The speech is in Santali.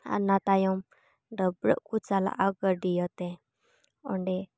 ᱚᱱᱟ ᱛᱟᱭᱚᱢ ᱰᱟᱹᱵᱨᱟᱹ ᱠᱚ ᱪᱟᱞᱟᱜᱼᱟ ᱜᱟᱹᱰᱭᱟᱹ ᱛᱮ ᱚᱸᱰᱮ